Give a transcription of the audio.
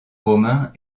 romains